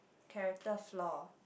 character flaw